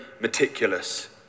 meticulous